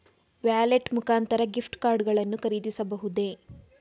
Wallet ಮುಖಾಂತರ gift card ಗಳನ್ನು ಖರೀದಿಸಬಹುದೇ?